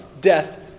death